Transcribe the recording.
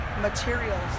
materials